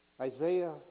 Isaiah